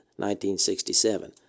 1967